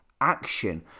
action